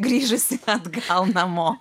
grįžusi atgal namo